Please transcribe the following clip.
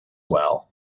well